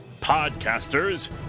Podcasters